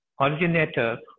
originator